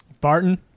Barton